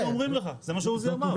אבל זה מה שאומרים לך, זה מה שעוזי אמר.